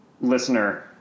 listener